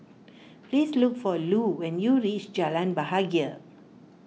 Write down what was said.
please look for Lu when you reach Jalan Bahagia